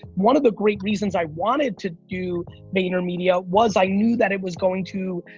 one of the great reasons i wanted to do vaynermedia, was i knew that it was going to,